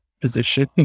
position